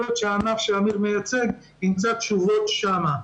להיות שהענף שאמיר מייצג ימצא תשובות שם.